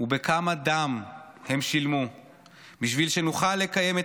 ובכמה דם הם שילמו בשביל שנוכל לקיים את